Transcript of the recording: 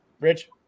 rich